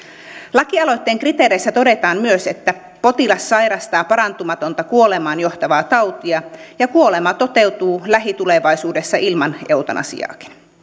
kansalaisaloitteen kriteereissä todetaan myös potilas sairastaa parantumatonta kuolemaan johtavaa tautia ja kuolema toteutuu lähitulevaisuudessa ilman eutanasiaakin